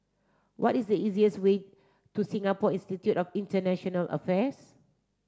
what is the easiest way to Singapore Institute of International Affairs